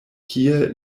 kie